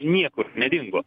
niekur nedingo